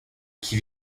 qui